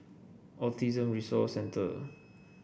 Autism Resource Centre